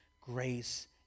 grace